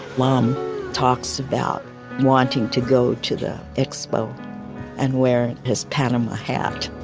lum talks about wanting to go to the expo and wear his panama hat,